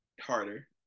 harder